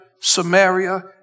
Samaria